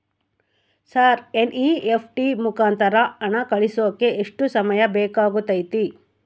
Sir NEFT ಮುಖಾಂತರ ಹಣ ಕಳಿಸೋಕೆ ಎಷ್ಟು ಸಮಯ ಬೇಕಾಗುತೈತಿ?